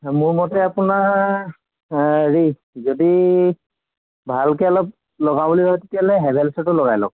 মোৰ মতে আপোনাৰ হেৰি যদি ভালকৈ অলপ লগাওঁ বুলি ভাবে তেতিয়াহ'লে হেভেলছৰটো লগাই লওক